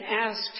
asked